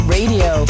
Radio